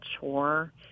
chore